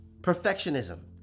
Perfectionism